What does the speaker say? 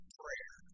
prayer